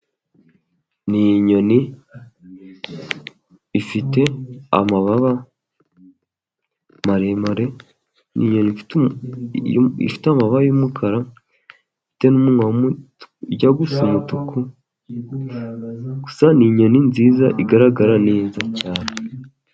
Ni inyoni ifite amababa maremare, n'inyoni ifite amababa yumukara, ifite n'umunwa ujya gusa umutuku gusa ni inyoni nziza igaragara neza cyane.